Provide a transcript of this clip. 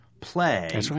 play